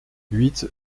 huit